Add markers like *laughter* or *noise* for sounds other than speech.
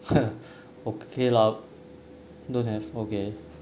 *laughs* okay lah don't have okay